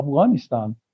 Afghanistan